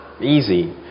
easy